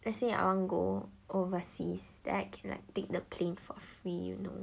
let's say I want go overseas then I can like take the plane for free you know